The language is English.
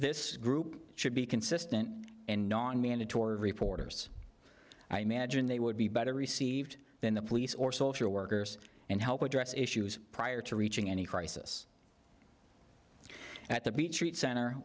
this group should be consistent and non mandatory reporters i imagine they would be better received than the police or social workers and help address issues prior to reaching any crisis at the beach treat center